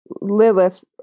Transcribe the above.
Lilith